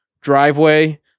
driveway